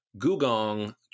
Gugong